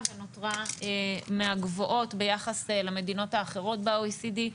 ונותרה מהגבוהות ביחס למדינות האחרות ב-OECD.